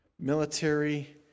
military